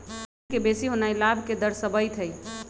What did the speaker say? yield के बेशी होनाइ लाभ के दरश्बइत हइ